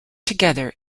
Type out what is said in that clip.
together